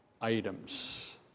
items